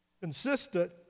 Consistent